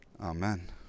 Amen